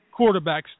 quarterbacks